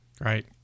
Right